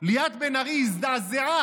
ליאת בן ארי הזדעזעה